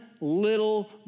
little